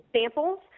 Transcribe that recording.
samples